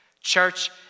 Church